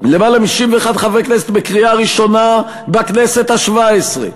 למעלה מ-61 חברי כנסת בקריאה ראשונה בכנסת השבע-עשרה.